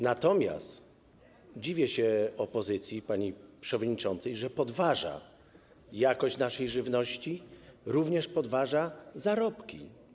Natomiast dziwię się opozycji, pani przewodniczącej, że podważa jakość naszej żywności, jak również podważa zarobki.